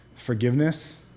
Forgiveness